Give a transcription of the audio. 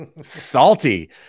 salty